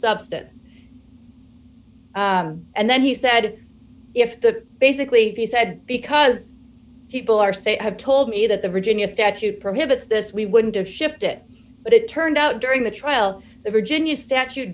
substance and then he said if the basically he said because people are say i have told me that the virginia statute prohibits this we wouldn't have shifted it but it turned out during the trial the virginia statute